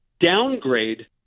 downgrade